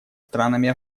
странами